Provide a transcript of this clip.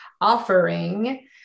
offering